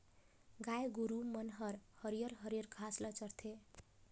गाय गोरु मन हर हरियर हरियर घास ल चरथे